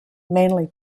mainly